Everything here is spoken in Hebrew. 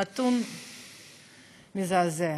הנתון מזעזע.